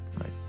right